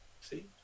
see